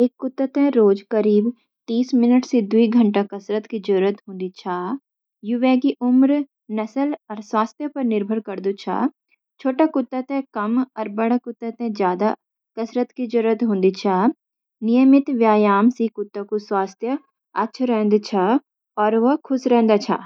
एक कुत्ते तें रोज़ करीब तीस मिनट सी द्वि घंटा कसरत की ज़रूरत होदी छा। यू वेकी उम्र, नस्ल, अर स्वास्थ्य पर निर्भर करदु छ। छोटा कुत्ते तें कम अर बड़े कुत्ते तें ज्यादा कसरत की ज़रूरत होदी छ। नियमित व्यायाम सी कुत्ते कु स्वास्थ्य अच्छा रहन दै छे अर वो खुश रहन दा।